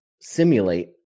simulate